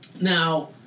Now